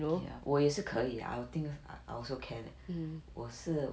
ya 我也是可以 I will think I also can 我是